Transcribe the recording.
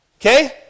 okay